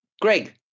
Greg